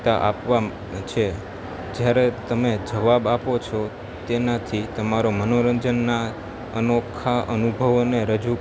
તા આપવા છે જ્યારે તમે જવાબ આપો છો તેનાથી તમારો મનોરંજનના અનોખા અનુભવોને રજૂ